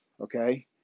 okay